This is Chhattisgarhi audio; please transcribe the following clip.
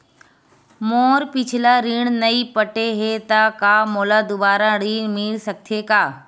मोर पिछला ऋण नइ पटे हे त का मोला दुबारा ऋण मिल सकथे का?